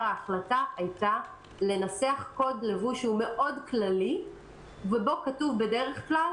ההחלטה הייתה לנסח קוד לבוש שהוא מאוד כללי ובו כתוב בדרך כלל